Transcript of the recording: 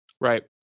Right